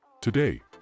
Today